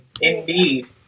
Indeed